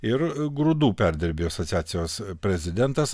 ir grūdų perdirbėjų asociacijos prezidentas